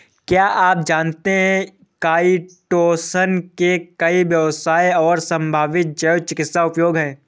क्या आप जानते है काइटोसन के कई व्यावसायिक और संभावित जैव चिकित्सीय उपयोग हैं?